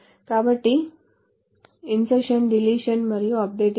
కాబట్టి insertion deletion మరియు up dating